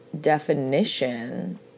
definition